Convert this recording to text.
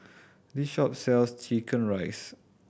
this shop sells chicken rice